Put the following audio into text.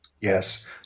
Yes